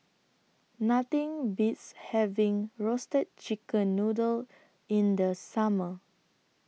Nothing Beats having Roasted Chicken Noodle in The Summer